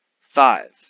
five